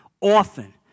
often